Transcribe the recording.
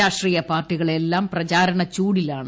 രാഷ്ട്രീയ പാർട്ടികളെല്ലാം പ്രചാരണ ചൂടിലാണ്